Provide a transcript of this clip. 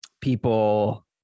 people